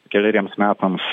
keleriems metams